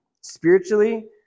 Spiritually